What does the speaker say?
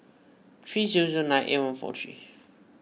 three zero zero nine eight one four three